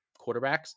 quarterbacks